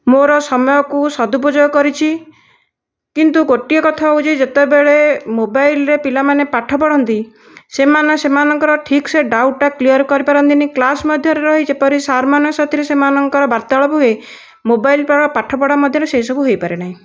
ମୋର ସମୟକୁ ସଦୁପଯୋଗ କରିଛି କିନ୍ତୁ ଗୋଟିଏ କଥା ହେଉଛି ଯେତେବେଳେ ମୋବାଇଲରେ ପିଲାମାନେ ପାଠ ପଢ଼ନ୍ତି ସେମାନେ ସେମାନଙ୍କର ଠିକ ସେ ଡାଉଟ୍ ଟା କ୍ଳିଅର କରିପାରନ୍ତିନି କ୍ଲାସ ମଧ୍ୟରେ ରହି ଯେପରି ସାର୍ ମାନଙ୍କ ସାଥିରେ ସେମାନଙ୍କ ବାର୍ତ୍ତାଳାପ ହୁଏ ମୋବାଇଲ ଦ୍ୱାରା ପାଠପଢ଼ା ମଧ୍ୟରେ ସେସବୁ ହୋଇପାରେ ନାହିଁ